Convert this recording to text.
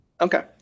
Okay